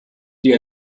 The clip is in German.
die